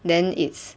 then it's